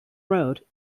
road